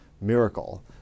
miracle